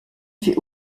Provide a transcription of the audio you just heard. fait